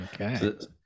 okay